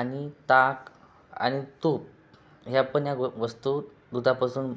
आणि ताक आणि तूप ह्या पण या गो वस्तू दुधापासून